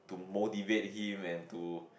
motivate him into